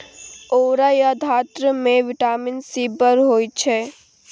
औरा या धातृ मे बिटामिन सी बड़ होइ छै